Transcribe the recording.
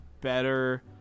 better